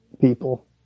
people